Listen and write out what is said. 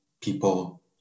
people